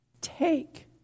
Take